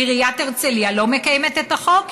עיריית הרצליה לא מקיימת את החוק,